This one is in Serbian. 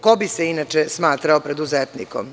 Ko bi se inače smatrao preduzetnikom?